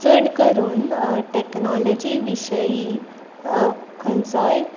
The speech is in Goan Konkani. चड करून टॅक्नोलॉजी विशयी खंयचोय